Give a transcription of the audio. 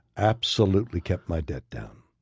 absolutely kept my debt down.